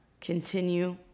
continue